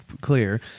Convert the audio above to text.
clear